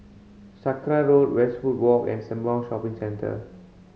Sakra Road Westwood Walk and Sembawang Shopping Centre